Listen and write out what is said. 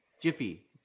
jiffy